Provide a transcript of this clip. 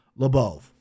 Lebov